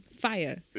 fire